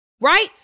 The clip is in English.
right